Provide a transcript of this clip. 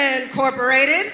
Incorporated